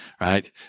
right